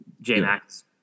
J-Max